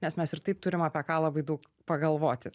nes mes ir taip turim apie ką labai daug pagalvoti